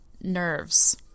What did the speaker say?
nerves